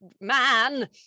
man